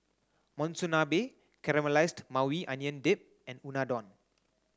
Monsunabe Caramelized Maui Onion Dip and Unadon